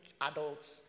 adults